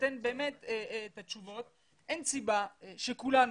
נותן את התשובות ואין סיבה שכולנו,